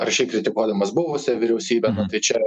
aršiai kritikuodamas buvusią vyriausybę bet tai čia yra